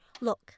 Look